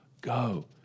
Go